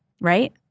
Right